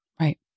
Right